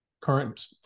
current